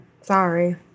Sorry